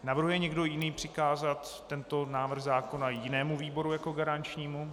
Navrhuje někdo jiný přikázat tento návrh zákona jinému výboru jako garančnímu?